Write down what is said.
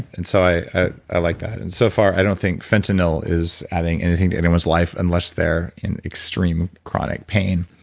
and so i i like that and so far, i don't think fentanyl is adding anything to anyone's life, unless they're in extreme chronic pain.